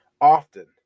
often